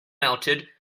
melted